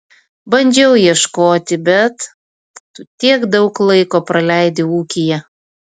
bandžiau ieškoti bet tu tiek daug laiko praleidi ūkyje